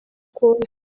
konka